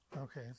Okay